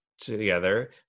together